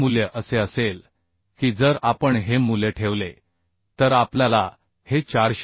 हे मूल्य असे असेल की जर आपण हे मूल्य ठेवले तर आपल्याला हे 455